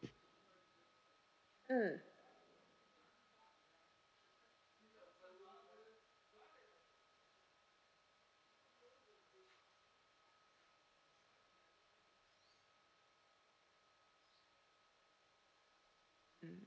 mm mm